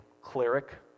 cleric